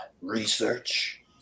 research